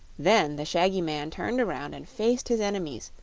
then the shaggy man turned around and faced his enemies,